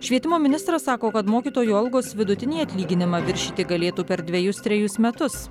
švietimo ministras sako kad mokytojų algos vidutinį atlyginimą viršyti galėtų per dvejus trejus metus